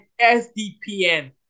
SDPN